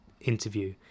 interview